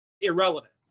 irrelevant